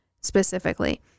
specifically